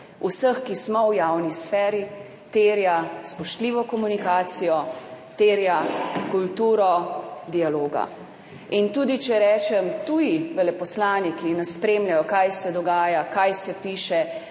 vseh, ki smo v javni sferi, terja spoštljivo komunikacijo, terja kulturo dialoga. Tudi če rečem, tuji veleposlaniki nas spremljajo, kaj se dogaja, kaj se piše,